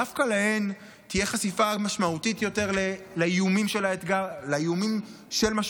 דווקא להן תהיה חשיפה משמעותית יותר לאיומים של האתגר,